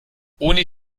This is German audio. ohne